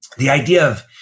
the idea of,